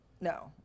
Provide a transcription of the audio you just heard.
no